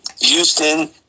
Houston